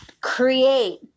create